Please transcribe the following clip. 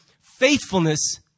Faithfulness